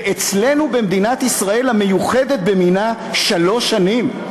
ואצלנו, במדינת ישראל, המיוחדת במינה, שלוש שנים?